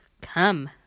Come